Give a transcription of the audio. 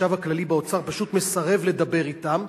שהחשב הכללי באוצר פשוט מסרב לדבר אתם.